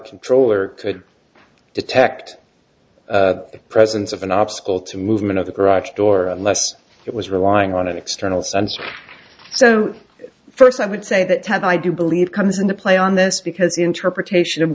controller could detect the presence of an obstacle to movement of the garage door unless it was relying on external sensors so first i would say that ted i do believe comes into play on this because the interpretation of